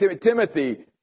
Timothy